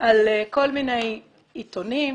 על כל מיני עיתונים.